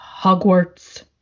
Hogwarts